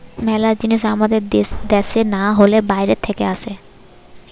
মেলা জিনিস আমাদের দ্যাশে না হলে বাইরে থাকে আসে